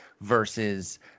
versus –